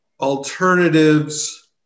alternatives